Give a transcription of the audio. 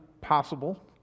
possible